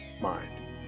mind